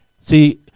See